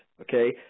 okay